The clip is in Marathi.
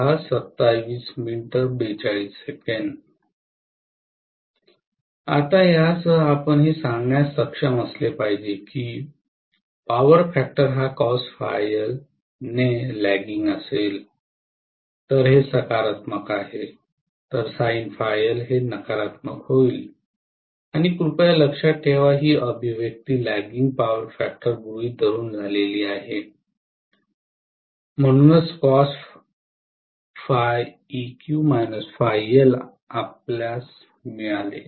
आता यासह आपण हे सांगण्यास सक्षम असले पाहिजे की पॉवर फॅक्टर हा ने लॅगिंग असेल तर हे सकारात्मक आहे तर हे नकारात्मक होईल आणि कृपया लक्षात ठेवा ही अभिव्यक्ती लॅगिंग पॉवर फॅक्टर गृहीत धरून झाली आहे म्हणूनच आपल्याला मिळाले